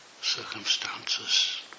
circumstances